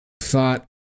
thought